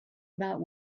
about